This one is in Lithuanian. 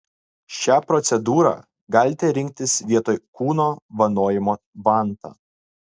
šią procedūrą galite rinktis vietoj kūno vanojimo vanta